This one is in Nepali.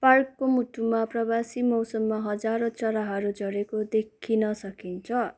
पार्कको मुटुमा प्रवासी मौसममा हजारौ चराहरू झरेको देखिन सकिन्छ